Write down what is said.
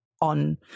on